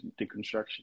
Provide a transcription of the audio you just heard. deconstruction